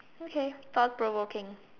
okay faster working